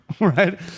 right